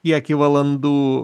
kiekį valandų